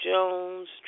Jones